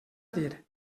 dir